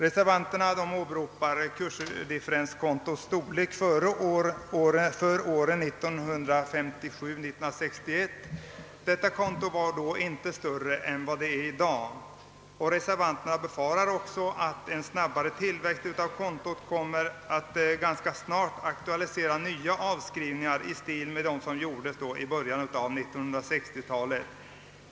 | Reservanterna åberopar <kursdifferenskontots storlek före åren 1957— 1961. Detta konto var då inte större än det är i dag. Reservanterna befarar att en snabbare tillväxt av kontot ganska snart kommer att aktualisera nya avskrivningar i stil med de avskrivningar som gjordes i början av 1960-talet.